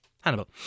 Hannibal